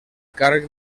càrrec